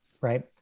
right